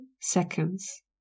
seconds